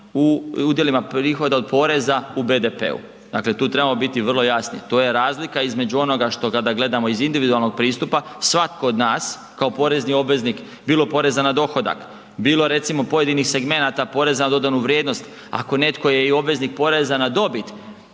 u udjelima prihoda od poreza u BDP-u. Dakle tu trebamo biti vrlo jasni, to je razlika između onoga što kada gledamo iz individualnog pristupa svatko od nas kao porezni obveznik bilo poreza na dohodak, bilo recimo pojedinih segmenata poreza na dodanu vrijednost ako netko je i obveznih poreza na dobit,